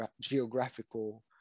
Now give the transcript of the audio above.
geographical